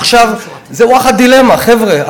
עכשיו, זה וואחד דילמה, חבר'ה.